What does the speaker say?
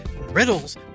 riddles